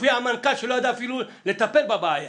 הופיע מנכ"ל שלא ידע אפילו לטפל בבעיה.